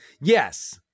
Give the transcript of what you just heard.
Yes